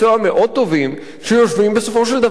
שיושבים בסופו של דבר בוועדה מייעצת,